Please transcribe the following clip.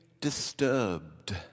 disturbed